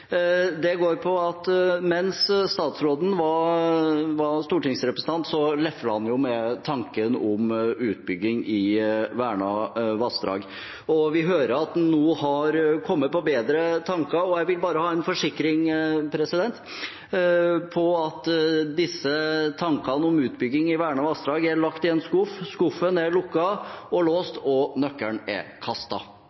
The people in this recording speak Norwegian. at mens statsråden var stortingsrepresentant, leflet han med tanken om utbygging i vernede vassdrag. Vi hører at han nå er kommet på bedre tanker, og jeg vil bare ha en forsikring om at disse tankene om utbygging i vernede vassdrag er lagt i en skuff, at skuffen er lukket og